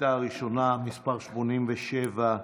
שאילתה ראשונה, מס' 87,